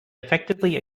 effectively